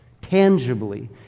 Tangibly